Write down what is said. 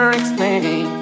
explain